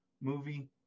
movie